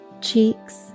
cheeks